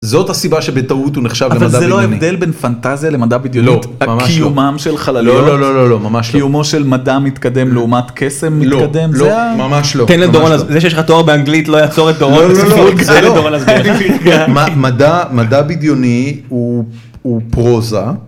זאת הסיבה שבטעות הוא נחשב למדע בדיוני. אבל זה לא ההבדל בין פנטזיה למדע בדיונית? קיומם של חלליות, קיומו של מדע מתקדם לעומת קסם מתקדם? לא לא, ממש לא. תן לדורון, זה שיש לך תואר באנגלית לא יעצור את דורון.לא לא לא. ספרות זה לא. מדע בדיוני הוא פרוזה.